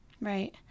Right